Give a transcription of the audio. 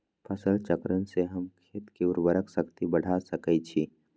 फसल चक्रण से हम खेत के उर्वरक शक्ति बढ़ा सकैछि?